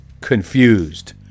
confused